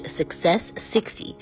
success60